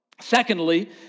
Secondly